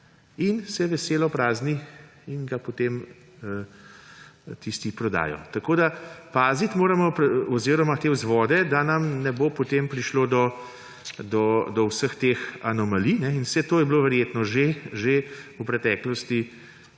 In se veselo prazni in ga potem tisti prodajo. Tako da paziti moramo na te vzvode, da ne bo potem prišlo do vseh teh anomalij. Vse to je bilo verjetno že v preteklosti